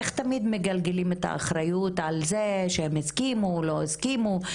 איך תמיד מגלגלים את האחריות על זה שהם הסכימו או לא הסכימו.